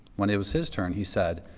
when it was his turn he said,